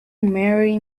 marry